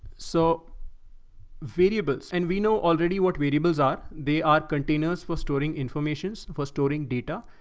so variables, and we know already what variables are. they are containers for storing information for storing data.